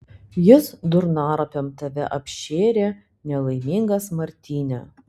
jis durnaropėm tave apšėrė nelaimingas martyne